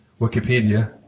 Wikipedia